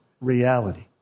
reality